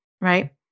right